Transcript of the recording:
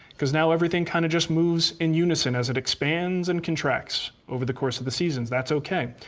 because now everything kind of just moves in unison as it expands and contracts over the course of the seasons. that's okay,